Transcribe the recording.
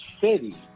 city